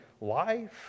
life